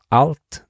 allt